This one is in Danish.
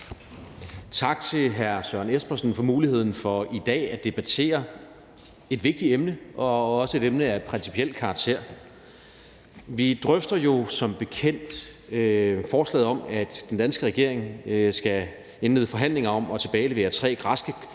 Tak til hr. Søren Espersen for muligheden for i dag at debattere et vigtigt emne og også et emne af principiel karakter. Vi drøfter jo som bekendt forslaget om, at den danske regering skal indlede forhandlinger om at tilbagelevere tre græske